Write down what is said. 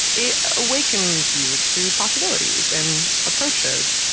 it awakens you to possibilities and approaches.